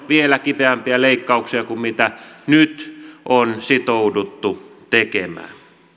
vielä kipeämpiä leikkauksia kuin mitä nyt on sitouduttu tekemään